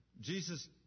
Jesus